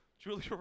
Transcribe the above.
Julia